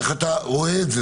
השאלה, איך אתה רואה את זה?